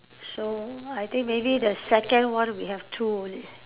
so I think maybe the second one we have two only